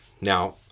Now